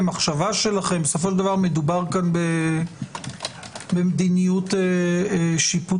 בסופו של דבר מדובר פה במדיניות שיפוטית.